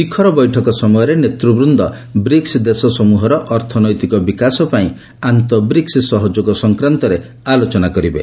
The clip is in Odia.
ଶିଖର ବୈଠକ ସମୟରେ ନେତୃବୃନ୍ଦ ବ୍ରିକ୍ସ ଦେଶ ସମୂହର ଅର୍ଥନୈତିକ ବିକାଶ ପାଇଁ ଆନ୍ତଃବ୍ରିକ୍ନ ସହଯୋଗ ସଂକ୍ରାନ୍ତରେ ଆଲୋଚନା କରିବେ